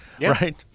Right